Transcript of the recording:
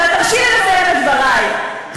את טועה ומטעה אם את חושבת שבגלל התקציב